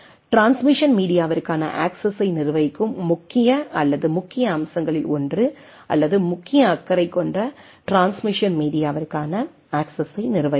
transmission மீடியாவிற்கான அக்சஸ்ஸை நிர்வகிக்கும் முக்கிய அல்லது முக்கிய அம்சங்களில் ஒன்று அல்லது முக்கிய அக்கறை கொண்ட டிரான்ஸ்மிஷன் மீடியாவிற்கான அக்சஸ்ஸை நிர்வகிக்கிறது